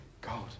God